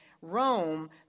Rome